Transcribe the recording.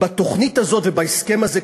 בתוכנית הזאת ובהסכם הזה,